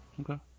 Okay